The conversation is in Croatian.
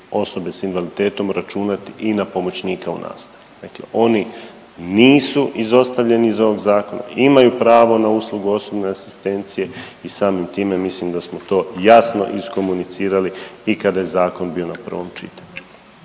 osobe s invaliditetom, računat i na pomoćnike u nastavi, dakle oni nisu izostavljeni iz ovog zakona, imaju pravo na uslugu osobne asistencije i samim time mislim da smo to jasno iskomunicirali i kada je zakon bio na prvom čitanju.